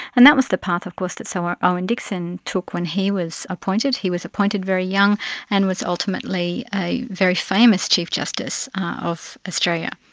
and that was the path of course that sir so um owen dixon took when he was appointed. he was appointed very young and was ultimately a very famous chief justice of australia.